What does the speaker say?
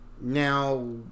Now